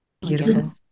Beautiful